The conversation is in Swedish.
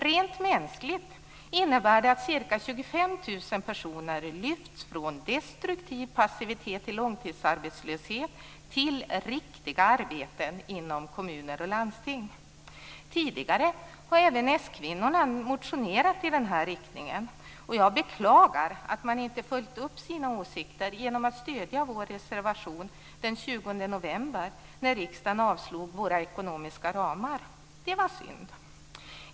Rent mänskligt innebär det att ca 25 000 personer lyfts från destruktiv passivitet i långtidsarbetslöshet till riktiga arbeten inom kommuner och landsting. Tidigare har även S-kvinnorna motionerat i den här riktningen. Jag beklagar att man inte följde upp sina åsikter genom att den 20 november stödja vår reservation. Då avslog ju riksdagen våra förslag till ekonomiska ramar. Det var alltså synd.